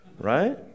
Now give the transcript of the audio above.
Right